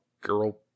girl